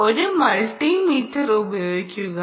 ഒന്നുകിൽ ഒരു മൾട്ടിമീറ്റർ ഉപയോഗിക്കുക